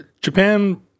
Japan